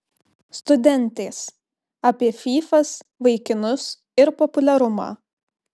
studentės apie fyfas vaikinus ir populiarumą